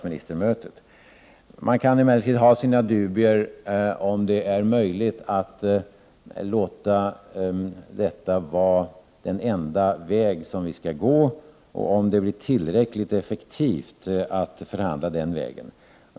Man kan emellertid ha sina dubier om det är möjligt att låta detta vara den enda väg som vi skall gå och om det blir tillräckligt effektivt att förhandla den vägen.